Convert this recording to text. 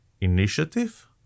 initiative